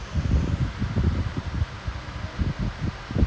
err what what's this I'm like thinking why she asked me